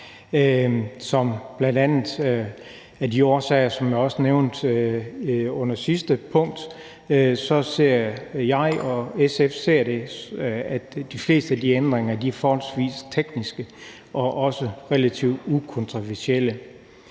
på tværs af grænser. Som jeg også nævnte under sidste punkt, ser jeg og SF, at de fleste af ændringerne er forholdsvis tekniske og også relativt ukontroversielle.